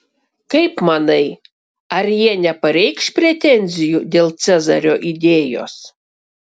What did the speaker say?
kaip manai ar jie nepareikš pretenzijų dėl cezario idėjos